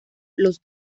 los